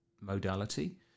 modality